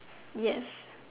yes